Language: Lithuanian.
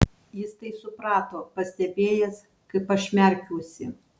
jis tai suprato pastebėjęs kaip aš merkiuosi